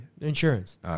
Insurance